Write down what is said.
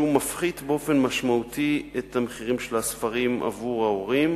והוא מפחית באופן משמעותי את המחירים של הספרים עבור ההורים,